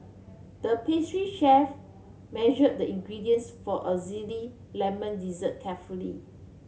the pastry chef measured the ingredients for a zesty lemon dessert carefully